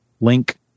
link